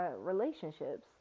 relationships